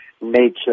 nature